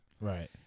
Right